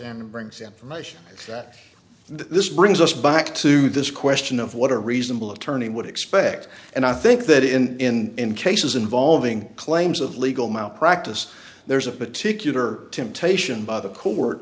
and brings information that this brings us back to this question of what a reasonable attorney would expect and i think that in cases involving claims of legal malpractise there's a particular temptation by the court